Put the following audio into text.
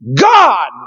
God